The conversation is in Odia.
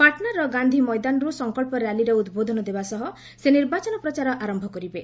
ପାଟନାର ଗାନ୍ଧି ମଇଦାନରୁ ସଙ୍କଚ୍ଚ ର୍ୟାଲିରେ ଉଦ୍ବୋଧନ ଦେବା ସହ ସେ ନିର୍ବାଚନ ପ୍ରଚାର ଆରମ୍ଭ କରିବେ